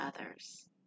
others